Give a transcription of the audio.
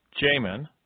Jamin